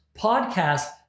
podcast